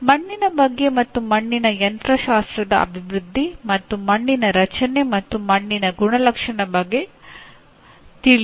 ಮಣ್ಣಿನ ಬಗ್ಗೆ ಮತ್ತು ಮಣ್ಣರಿಮೆಯ SOIL MECHANICS ಅಭಿವೃದ್ಧಿ ಮತ್ತು ಮಣ್ಣಿನ ರಚನೆ ಮತ್ತು ಮಣ್ಣಿನ ಗುಣಲಕ್ಷಣಗಳ ಬಗ್ಗೆ ತಿಳಿಯಿರಿ